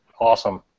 Awesome